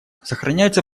сохраняются